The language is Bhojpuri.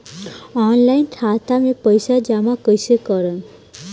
ऑनलाइन खाता मे पईसा जमा कइसे करेम?